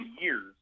years